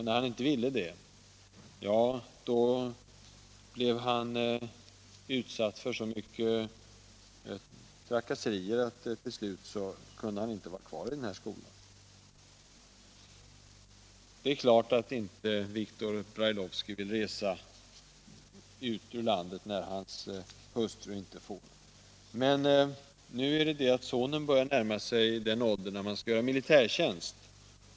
När han inte ville göra det blev han utsatt för så mycket trakasserier att han till slut inte kunde vara kvar i den skolan. Det är klart att Viktor Brailovsky inte vill resa ut ur landet när hans hustru inte får göra det. Nu börjar emellertid sonen närma sig den ålder då han skall göra militärtjänst.